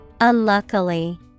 Unluckily